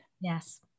Yes